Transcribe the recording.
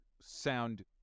sound